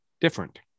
different